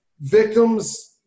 victim's